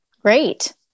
Great